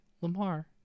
Lamar